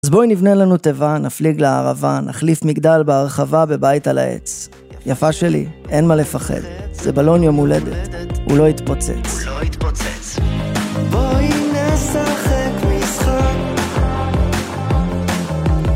אז בואי נבנה לנו תיבה, נפליג לערבה, נחליף מגדל בהרחבה בבית על העץ. יפה שלי, אין מה לפחד. זה בלון יום הולדת, הוא לא יתפוצץ. -בואי נשחק משחק